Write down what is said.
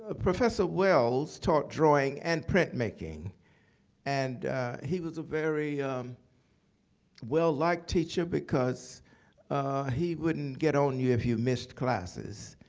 ah professor wells taught drawing and printmaking and he was a very um well-liked like teacher, because he wouldn't get on you, if you missed classes,